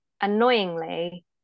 annoyingly